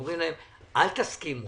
אומרים להם: אל תסכימו.